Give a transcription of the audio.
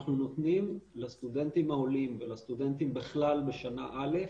אנחנו נותנים לסטודנטים העולים ולסטודנטים בכלל בשנה א'